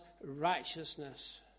righteousness